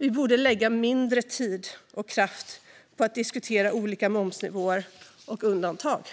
Vi borde lägga mindre tid och kraft på att diskutera olika momsnivåer och undantag.